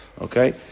Okay